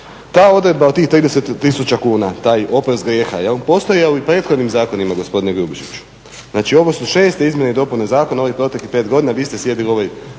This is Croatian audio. Ta odreda od tih 30 tisuća kuna, taj oprez grijeha, postojao je i u prethodnim zakonima, gospodine Grubišiću, znači ovo su česte izmjene i dopune zakone u ovih proteklih 5 godina, vi ste sjedili u ovoj